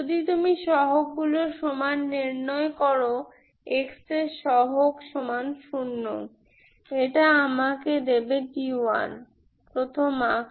যদি তুমি সহগ গুলির সমান নির্ণয় করো x এর সহগ সমান শূন্য এটা আমাকে দেবে d1 প্রথম আকার